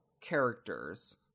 characters